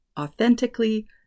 authentically